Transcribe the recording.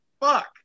fuck